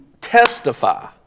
testify